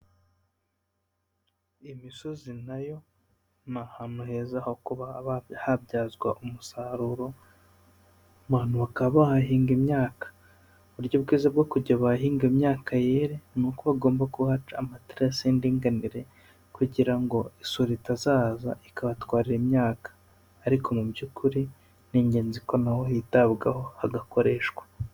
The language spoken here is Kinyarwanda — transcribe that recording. Imisozi na yo ni ahantu heza ho kuba habyazwa umusaruro, abantu bakaba bahahinga imyaka, uburyo bwiza bwo kugira bahahinge imyaka yere ni uko bagomba kuhaca amaterasi y'indinganire kugira ngo isuri itazaza ikabatwara imyaka, ariko mu by'ukuri ni ingenzi ko na ho hitabwaho hagakoreshwa.